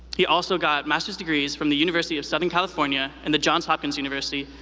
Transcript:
he also got master's degrees from the university of southern california and the johns hopkins university,